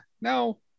no